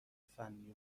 فنی